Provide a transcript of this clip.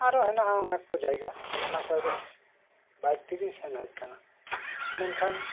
ᱟᱨᱚ ᱦᱮᱱᱟᱜᱼᱟ ᱚᱱᱮᱠ ᱠᱚ ᱡᱟᱭᱜᱟ ᱚᱱᱟ ᱠᱚᱨᱮ ᱫᱚ ᱵᱟᱭᱤᱠ ᱛᱮᱜᱮᱧ ᱥᱮᱱ ᱦᱮᱡ ᱟᱠᱟᱱᱟ ᱢᱮᱱᱠᱷᱟᱱ